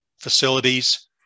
facilities